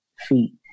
feet